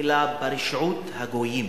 אלא ברשעות הגויים.